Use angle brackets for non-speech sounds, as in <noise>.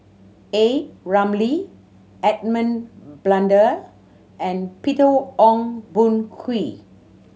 A Ramli Edmund Blundell and Peter <unintelligible> Ong Boon Kwee